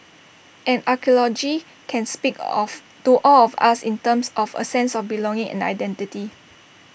and archaeology can speak of to all of us in terms of A sense of belonging and identity